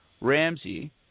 Ramsey